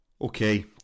Okay